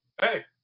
Hey